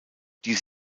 dies